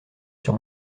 sur